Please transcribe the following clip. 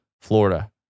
Florida